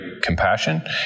compassion